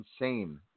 insane